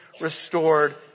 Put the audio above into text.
restored